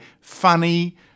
funny